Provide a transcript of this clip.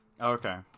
Okay